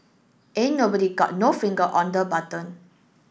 ain't nobody got no finger on the button